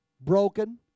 broken